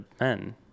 men